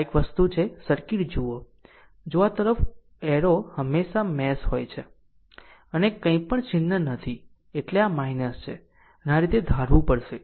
અને એક વસ્તુ છે સર્કિટ જુઓ જો આ તરફ ઉપરનો એરો હંમેશ ાં હોય છે અને કંઈપણ ચિહ્ન નથી એટલે આ છે આ રીતે ધારવું પડશે